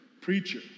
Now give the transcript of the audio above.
preacher